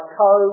co